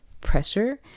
pressure